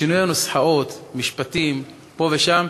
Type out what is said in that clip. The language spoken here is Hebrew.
בשינוי הנוסחאות ומשפטים פה ושם,